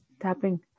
tapping